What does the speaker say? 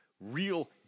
Real